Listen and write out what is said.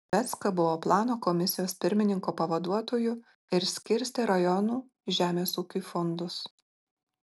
vecka buvo plano komisijos pirmininko pavaduotoju ir skirstė rajonų žemės ūkiui fondus